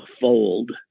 fold